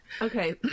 okay